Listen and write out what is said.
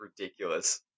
ridiculous